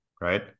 right